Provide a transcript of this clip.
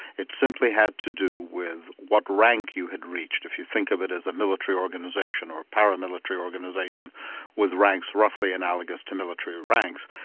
it simply had to do with what rank you had reached. if you think of it as a military organisation or a paramilitary organisation with ranks roughly analogous to military ranks,